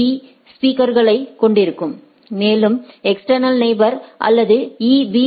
பீ ஸ்பீக்கர்களைக் கொண்டிருக்கும் மேலும் எஸ்ட்டேர்னல் நெயிபோர்ஸ் அல்லது ஈபி